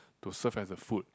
to serve as a food